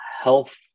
health